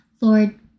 lord